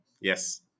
Yes